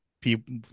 people